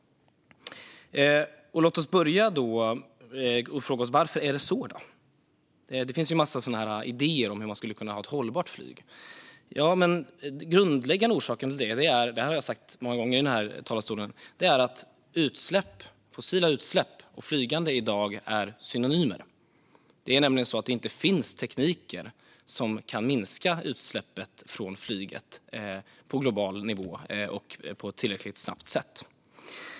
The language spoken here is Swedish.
Låt oss börja med att fråga oss: Varför är det så? Det finns ju en massa idéer om hur man skulle kunna ha ett hållbart flyg. Den grundläggande orsaken är, och det har jag sagt många gånger i den här talarstolen, att fossila utsläpp och flygande i dag är synonymer. Det finns inte tekniker som kan minska utsläppen från flyget på global nivå och på ett tillräckligt snabbt sätt.